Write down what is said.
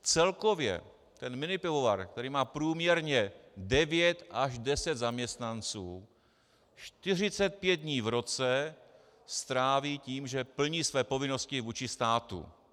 Celkově ten minipivovar, který má průměrně devět až deset zaměstnanců, 45 dní v roce stráví tím, že plní své povinnosti vůči státu.